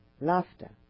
laughter